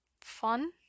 fun